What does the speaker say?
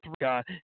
God